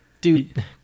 Dude